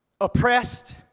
oppressed